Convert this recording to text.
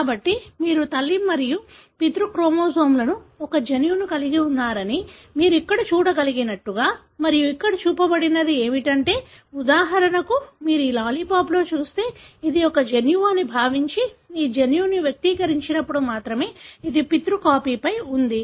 కాబట్టి మీరు తల్లి మరియు పితృ క్రోమోజోమ్లలో ఒక జన్యువు ను కలిగి ఉన్నారని మీరు ఇక్కడ చూడగలిగినట్లుగా మరియు ఇక్కడ చూపబడినది ఏమిటంటే ఉదాహరణకు మీరు ఈ లాలిపాప్లోకి చూస్తే ఇది ఒక జన్యువు అని భావించి ఈ జన్యువు వ్యక్తీకరించబడినప్పుడు మాత్రమే ఇది పితృ పితృ కాపీపై ఉంది